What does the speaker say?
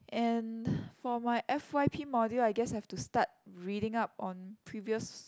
and for my f_y_p module I guess I've to start reading up on previous